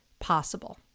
possible